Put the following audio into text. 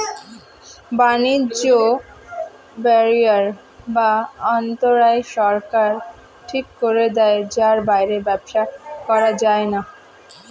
বাণিজ্য ব্যারিয়ার বা অন্তরায় সরকার ঠিক করে দেয় যার বাইরে ব্যবসা করা যায়না